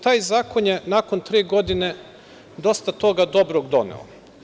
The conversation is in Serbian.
Taj zakon je nakon tri godine dosta toga dobrog doneo.